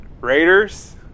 Raiders